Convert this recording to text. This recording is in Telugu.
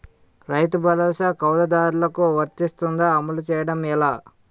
రైతు భరోసా కవులుదారులకు వర్తిస్తుందా? అమలు చేయడం ఎలా